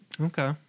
Okay